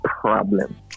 problem